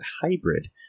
hybrid